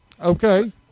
okay